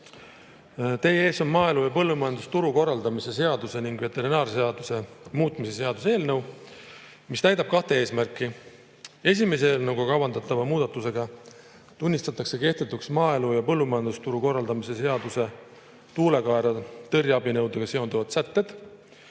Teie ees on maaelu ja põllumajandusturu korraldamise seaduse ning veterinaarseaduse muutmise seaduse eelnõu, mis täidab kahte eesmärki. Eelnõuga kavandatava esimese muudatusega tunnistatakse kehtetuks maaelu ja põllumajandusturu korraldamise seaduse tuulekaera tõrje abinõudega seonduvad sätted.